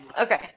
Okay